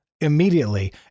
immediately